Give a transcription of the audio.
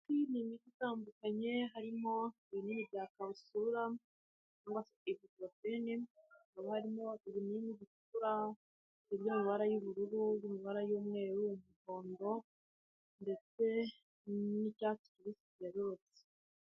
Ni imiti itandukanye, harimo ibinini bya kabusula cyangwa se mikopine, hakaba harimo ibinini bitukura, iby'amabara y'ubururu, iby'ambara y'umweru, umuhondo ndetse n'icyatsi kibisi cyerurutse.